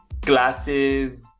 glasses